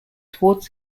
towards